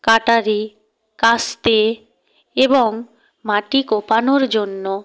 কাটারি কাস্তে এবং মাটি কোপানোর জন্য